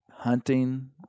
Hunting